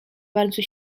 bardzo